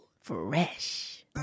Fresh